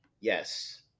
Yes